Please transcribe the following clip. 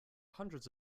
hundreds